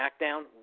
SmackDown